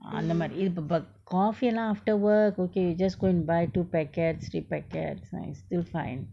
அந்த மாறி இதுக்கு:andtha maari ithukku but coffee lah after work okay just go and buy two packets three packets ah it's still fine